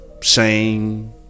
shame